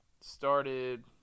started